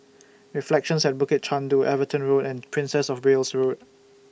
Reflections At Bukit Chandu Everton Road and Princess of Wales Road